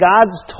God's